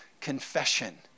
confession